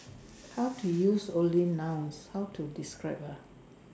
how to use only nouns how to describe ah